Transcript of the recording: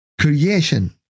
creation